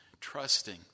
trusting